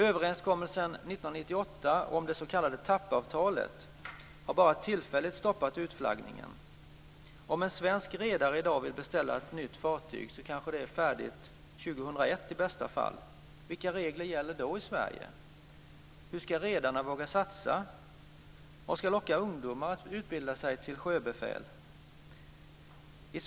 Överenskommelsen 1998 om det s.k. TAP-avtalet har bara tillfälligt stoppat utflaggningen. Om en svensk redare i dag vill beställa ett nytt fartyg kanske det är färdigt år 2001 i bästa fall. Vilka regler gäller då i Sverige? Hur ska redarna våga satsa? Vad ska locka ungdomar att utbilda sig till sjöbefäl?